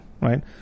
right